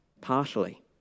partially